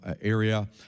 area